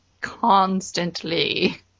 Constantly